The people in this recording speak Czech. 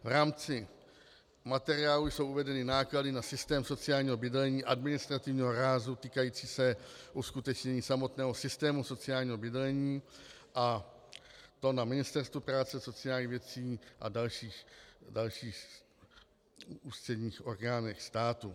V rámci materiálu jsou uvedeny náklady na systém sociálního bydlení administrativního rázu týkající se uskutečnění samotného systému sociálního bydlení, a to na Ministerstvu práce a sociálních věcí a dalších ústředních orgánech státu.